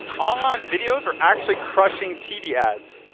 online videos are actually crushing tv ads.